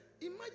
imagine